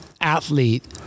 athlete